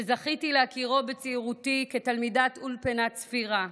שזכיתי להכירו בצעירותי כתלמידת אולפנת צפירה.